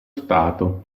stato